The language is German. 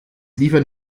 liefern